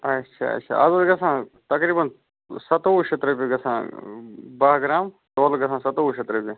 اَچھا اَچھا اَز اوس گژھان تقریٖباً سَتوُہ شیٚتھ رۄپیہِ گژھان باہ گرٛام تولہٕ گژھان سَتوُہ شیٚتھ رۄپیہِ